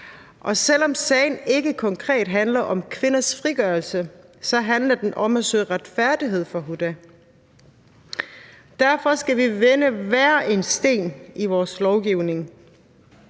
Og selv om sagen ikke konkret handler om kvinders frigørelse, handler den om at søge retfærdighed for Huda. Derfor skal vi vende hver en sten i vores lovgivning.